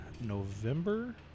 November